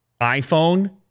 iPhone